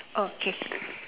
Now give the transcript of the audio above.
ah okay